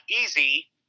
easy